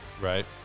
right